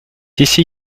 ici